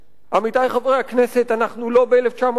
עמיתי חברי הכנסת, אנחנו לא ב-1938,